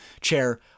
chair